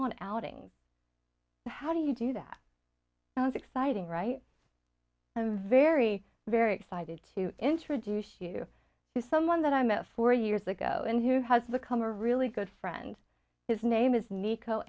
on outings how do you do that it was exciting right and very very excited to introduce you to someone that i met four years ago and who has become a really good friend his name is nico